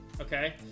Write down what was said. Okay